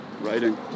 writing